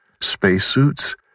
spacesuits